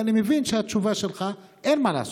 ואני מבין שהתשובה שלך: אין מה לעשות.